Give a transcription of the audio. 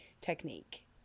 technique